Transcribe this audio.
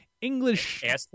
English